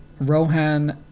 Rohan